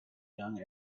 young